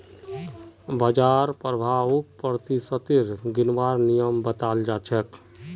बाजार प्रभाउक प्रतिशतत गिनवार नियम बताल जा छेक